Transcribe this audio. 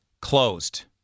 Closed